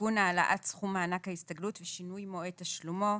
(תיקון - העלאת סכום מענק ההסתגלות ושינוי מועד תשלומו),